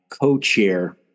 co-chair